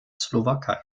slowakei